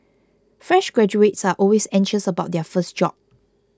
fresh graduates are always anxious about their first job